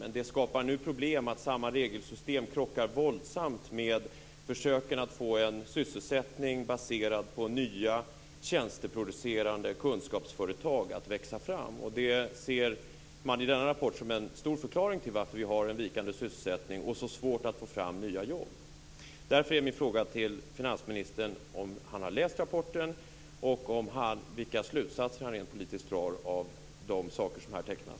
Men det skapar nu problem att samma regelsystem krockar våldsamt med försöken att få en sysselsättning baserad på nya tjänsteproducerande kunskapsföretag att växa fram. Det ser man i denna rapport som en stor förklaring till varför vi har en vikande sysselsättning och så svårt att få fram nya jobb. Därför är min fråga till finansministern om han har läst rapporten och vilka slutsatser han rent politiskt drar av de saker som här tecknas.